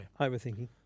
Overthinking